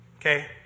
Okay